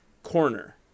corner